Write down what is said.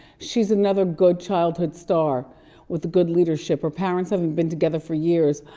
she's another good childhood star with good leadership. her parents haven't been together for years,